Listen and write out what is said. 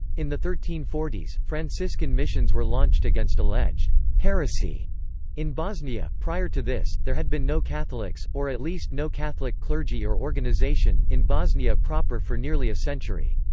in the thirteen forty s, franciscan missions were launched against alleged alleged heresy in bosnia prior to this, there had been no catholics or at least no catholic clergy or organization in bosnia proper for nearly a century.